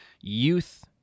youth